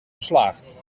geslaagd